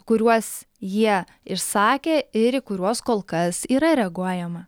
kuriuos jie išsakė ir į kuriuos kol kas yra reaguojama